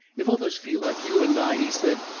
if others feel like you and i, he said,